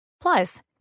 plus